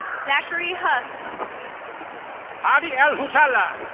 zachary huss. harihell hutella.